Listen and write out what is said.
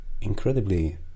incredibly